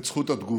את זכות התגובה.